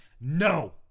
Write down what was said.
no